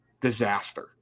Disaster